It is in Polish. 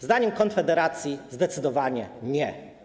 Zdaniem Konfederacji zdecydowanie nie.